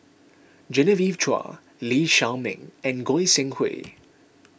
Genevieve Chua Lee Shao Meng and Goi Seng Hui